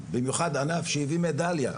במיוחד ענף שהביא מדליה,